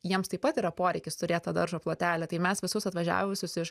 jiems taip pat yra poreikis turėt tą daržo plotelį tai mes visus atvažiavusius iš